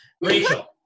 Rachel